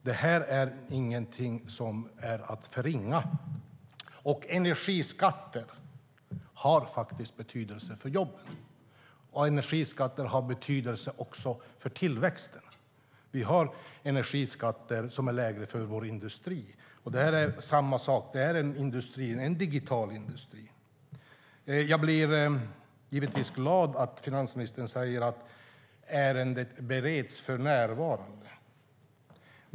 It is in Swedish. Det här är ingenting som ska förringas. Energiskatter har faktiskt betydelse för jobben, och energiskatter har betydelse också för tillväxten. Vi har lägre energiskatter för vår industri, och det här är samma sak - det är en digital industri. Jag blir givetvis glad när finansministern säger att ärendet "bereds för närvarande".